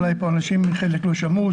אולי חלק מהאנשים כאן לא שמעו.